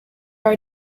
are